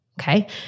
Okay